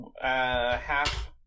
Half